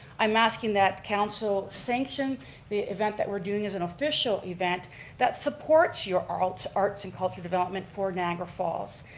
i'm asking that council sanction the event that we're doing as an official event that supports your arts arts and cultural development for niagara falls.